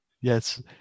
Yes